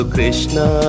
Krishna